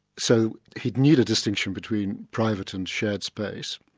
so he'd need a distinction between private and shared space.